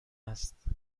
است